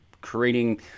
creating